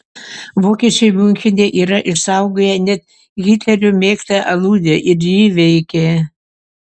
vokiečiai miunchene yra išsaugoję net hitlerio mėgtą aludę ir ji veikia